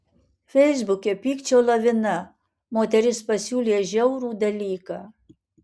feisbuke pykčio lavina moteris pasiūlė žiaurų dalyką